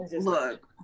Look